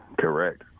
correct